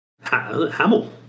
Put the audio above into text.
Hamill